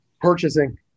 Purchasing